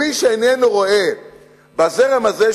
מי שאיננו רואה בזרם הזה,